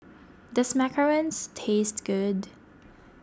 does Macarons taste good